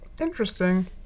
Interesting